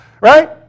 right